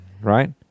Right